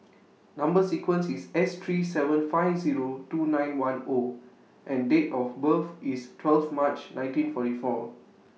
Number sequence IS S three seven five Zero two nine one O and Date of birth IS twelve March nineteen forty four